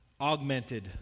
augmented